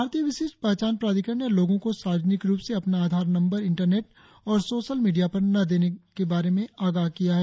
भारतीय विशिष्ट पहचान प्राधिकरण ने लोगों को सार्वजनिक रुप से अपना आधार नंबर इंटरनेट और सोशल मीडिया पर न देने के बारे में आगाह किया है